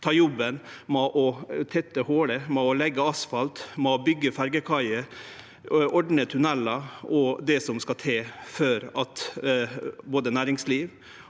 ta jobben med å tette hol, leggje asfalt, byggje ferjekaiar, ordne tunnelar og det som skal til for at både næringsliv